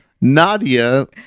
nadia